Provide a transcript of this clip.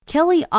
Kelly